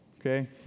okay